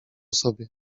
sobie